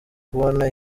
kubona